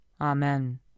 Amen